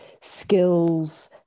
skills